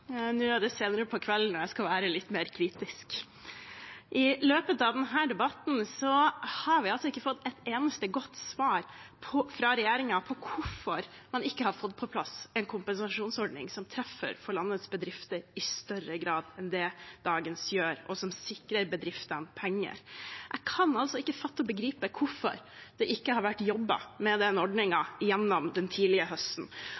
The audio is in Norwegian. mer kritisk. I løpet av denne debatten har vi ikke fått et eneste godt svar fra regjeringen på hvorfor man ikke har fått på plass en kompensasjonsordning som treffer, for landets bedrifter i større grad enn det dagens gjør, og som sikrer bedriftene penger. Jeg kan ikke fatte og begripe hvorfor det ikke har vært jobbet med den ordningen gjennom den tidlige høsten.